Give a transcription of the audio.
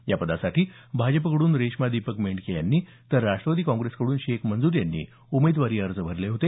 या पदासाठी भाजपाकडून रेश्मा दीपक मेंडके यांनी तर राष्ट्रवादी काँग्रेसकडून शेख मंजूर यांनी उमेदवारी अर्ज भरले होते